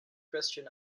christian